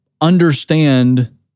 understand